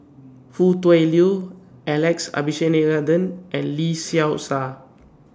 Foo Tui Liew Alex Abisheganaden and Lee Seow Ser